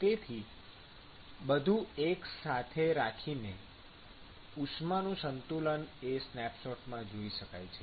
તેથી બધું એક સાથે રાખીને ઉષ્માનું સંતુલન એ સ્નેપશોટમાં જોઈ શકાય છે